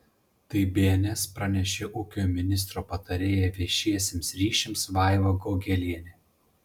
tai bns pranešė ūkio ministro patarėja viešiesiems ryšiams vaiva gogelienė